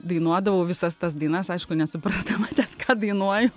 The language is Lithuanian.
dainuodavau visas tas dainas aišku nesuprasdama ką dainuoju